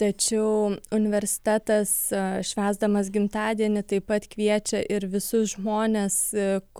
tačiau universitetas švęsdamas gimtadienį taip pat kviečia ir visus žmones